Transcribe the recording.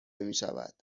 میشود